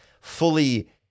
fully